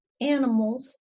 animals